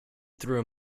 through